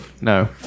No